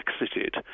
exited